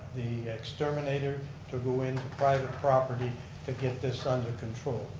the exterminator to go into private property to get this under control.